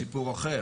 זה סיפור אחר.